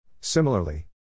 Similarly